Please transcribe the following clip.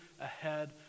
ahead